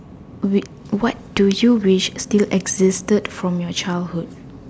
wait what do you wish still existed from your childhood